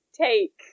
take-